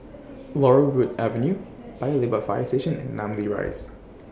Laurel Wood Avenue Paya Lebar Fire Station and Namly Rise